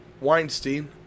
Weinstein